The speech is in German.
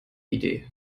idee